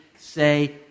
say